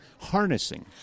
harnessing